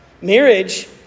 marriage